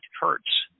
hertz